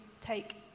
take